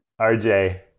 RJ